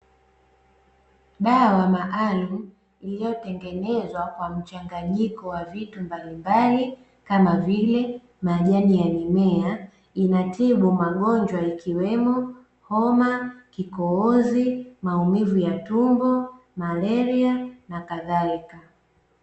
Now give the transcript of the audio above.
Dawa maalumu iliyotengenezwa kwa mchanganyiko wa vitu mbalimbali kama vile majani ya mimea inatibu magonjwa ikiwemo; homa, kikohozi, maumivu ya tumbo, malaria, n.k